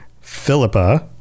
Philippa